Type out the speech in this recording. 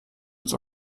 des